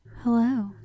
Hello